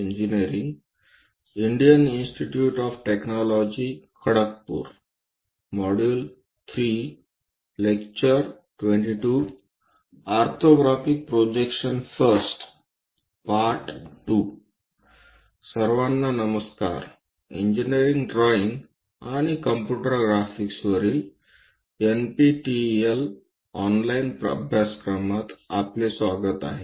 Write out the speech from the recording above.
engineering drawing आणि computer ग्राफिक्सवरील NPTEL online अभ्यासक्रमात आपले स्वागत आहे